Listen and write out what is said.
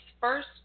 first